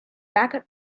backup